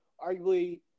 arguably